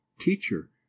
Teacher